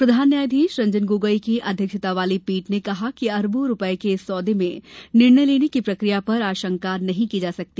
प्रधान न्यायधीश रंजन गोगाई की अध्यक्षता वाली पीठ ने कहा कि अरबों रूपये के इस सौदे में निर्णय लेने की प्रक्रिया पर आशंका नहीं की जा सकती